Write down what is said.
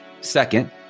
Second